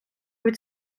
від